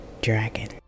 Dragon